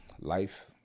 life